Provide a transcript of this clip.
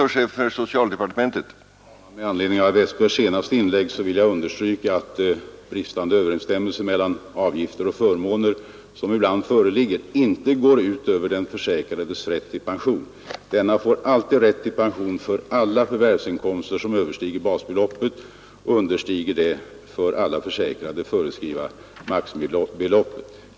Herr talman! Med anledning av herr Westbergs senaste inlägg vill jag understryka att den bristande överensstämmelse som ibland föreligger mellan avgifter och förmåner inte går ut över den försäkrades rätt till pension. Han får alltid rätt till pension för alla förvärvsinkomster som överstiger basbeloppet och understiger det för alla försäkrade föreskrivna maximibeloppet.